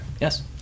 yes